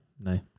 No